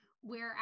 whereas